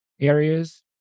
areas